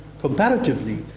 comparatively